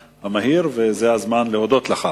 במהירות, וזה הזמן להודות לך.